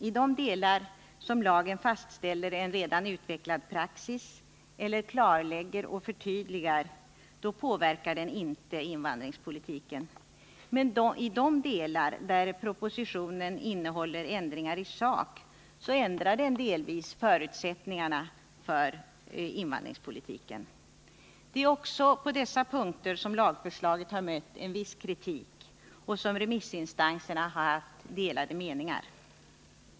I de delar som lagen fastställer en redan utvecklad praxis eller klarlägger och förtydligar påverkar den inte invandringspolitiken. Men i de delar där propositionen innehåller ändringar i sak ändrar den delvis förutsättningarna för denna politik. Det är också på dessa punkter som lagförslaget har mött en viss kritik och som remissinstanserna haft delade meningar.